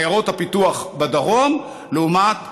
עיירות הפיתוח בדרום לעומת התנחלויות,